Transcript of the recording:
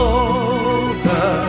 over